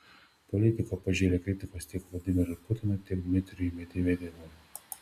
politika pažėrė kritikos tiek vladimirui putinui tiek dmitrijui medvedevui